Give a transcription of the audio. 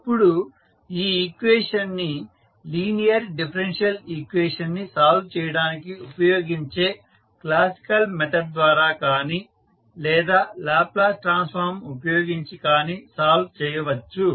ఇప్పుడు ఈ ఈక్వేషన్ ని లీనియర్ డిఫరెన్షియల్ ఈక్వేషన్ ని సాల్వ్ చేయడానికి ఉపయోగించే క్లాసికల్ మెథడ్ ద్వారా కానీ లేదా లాప్లాస్ ట్రాన్స్ఫార్మ్ ఉపయోగించి కానీ సాల్వ్ చేయవచ్చు